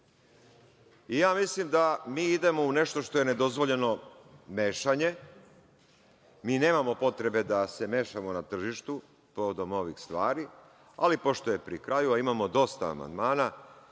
3.Ja mislim da mi idemo u nešto što je nedozvoljeno mešanje. Mi nemamo potrebe da se mešamo na tržištu povodom ovih stvari, ali pošto je pri kraju, a imamo dosta amandmana,